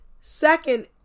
Second